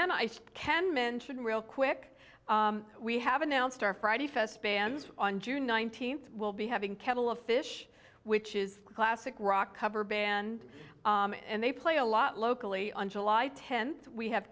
then i can mention real quick we have announced our friday fest bands on june nineteenth will be having kettle of fish which is a classic rock cover band and they play a lot locally on july tenth we have